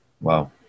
wow